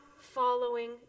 following